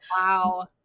wow